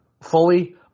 fully